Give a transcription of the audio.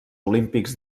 olímpics